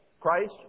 Christ